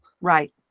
Right